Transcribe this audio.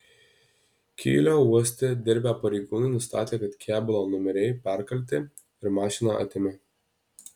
kylio uoste dirbę pareigūnai nustatė kad kėbulo numeriai perkalti ir mašiną atėmė